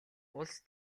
улс